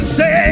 Say